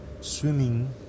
swimming